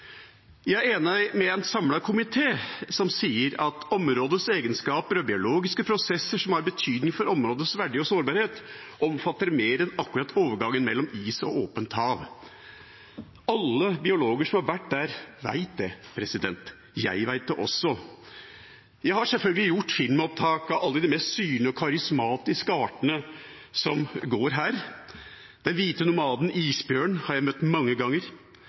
Jeg er enig med en samlet komité, som sier at «områdets egenskaper og biologiske prosesser som har betydning for områdets verdi og sårbarhet omfatter mer enn akkurat overgangen mellom is og åpent hav». Alle biologer som har vært der, vet det. Jeg vet det også. Jeg har sjølsagt gjort filmopptak av alle de mest synlige og karismatiske artene som går der. Den hvite nomaden isbjørnen har jeg møtt mange ganger.